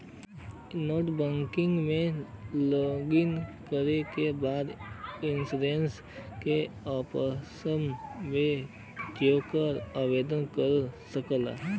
net banking में login करे के बाद इन्शुरन्स के ऑप्शन पे जाके आवेदन कर सकला